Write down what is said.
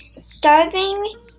Starving